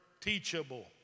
teachable